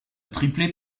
triplet